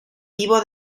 vivo